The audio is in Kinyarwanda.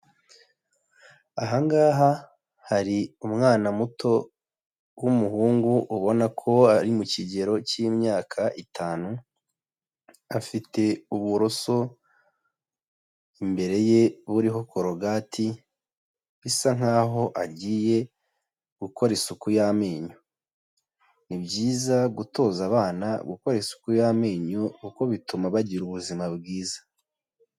Aha ngaha hari umwana muto w'umuhungu ubona ko ari mu kigero cy'imyaka itanu, afite uburoso imbere ye buriho korogati bisa nkaho agiye gukora isuku y'amenyo, ni byiza gutoza abana gukora isuku y'amenyo kuko bituma bagira ubuzima bwiza.